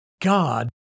God